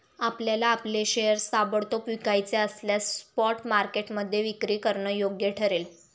आपल्याला आपले शेअर्स ताबडतोब विकायचे असल्यास स्पॉट मार्केटमध्ये विक्री करणं योग्य ठरेल